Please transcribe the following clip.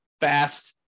fast